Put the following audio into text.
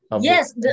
Yes